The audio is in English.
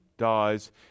dies